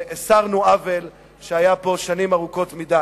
והסרנו עוול שהיה פה שנים ארוכות מדי.